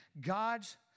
God's